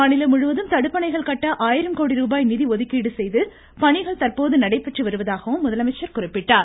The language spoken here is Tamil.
மாநிலம் முழுவதும் தடுப்பணைகள் கட்ட ஆயிரம் கோடி ரூபாய் நிதிஒதுக்கிடு செய்து பணிகள் தற்போது நடைபெற்று வருவதாக முதலமைச்சர் தெரிவித்தார்